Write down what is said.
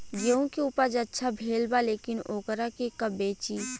गेहूं के उपज अच्छा भेल बा लेकिन वोकरा के कब बेची?